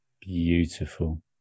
Beautiful